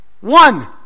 One